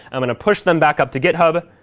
i'm going to push them back up to github.